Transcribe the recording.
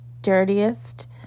dirtiest